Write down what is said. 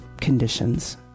conditions